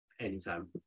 anytime